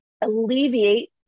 alleviate